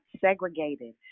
segregated